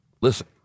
listen